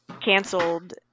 canceled